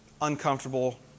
uncomfortable